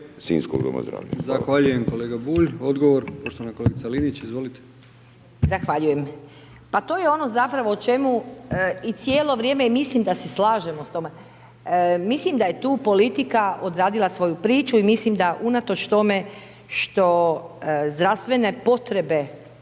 sinjskog Doma zdravlja.